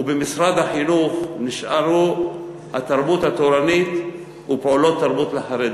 ובמשרד החינוך נשארו התרבות התורנית ופעולות תרבות לחרדים.